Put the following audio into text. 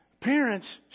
Parents